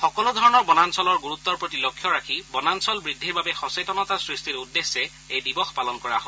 সকলোধৰণৰ বনাঞ্চলৰ গুৰুত্ৰ প্ৰতি লক্ষ্য ৰাখি বনাঞ্চল বৃদ্ধিৰ বাবে সচেতনতা সৃষ্টিৰ উদ্দেশ্যে এই দিৱস পালন কৰা হয়